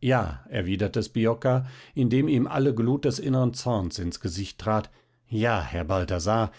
ja erwiderte sbiocca indem ihm alle glut des innern zorns ins gesicht trat ja herr balthasar